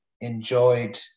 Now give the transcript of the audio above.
enjoyed